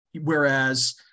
Whereas